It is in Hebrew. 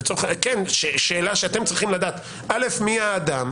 שאלה שאתם צריכים לדעת, מי האדם?